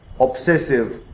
obsessive